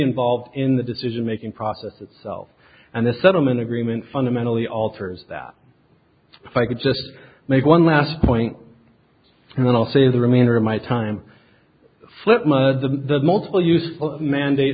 involved in the decision making process itself and the settlement agreement fundamentally alters that if i could just make one last point and then i'll see the remainder of my time flip mud the multiple useful mandate